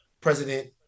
President